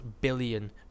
billion